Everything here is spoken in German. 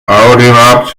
audimax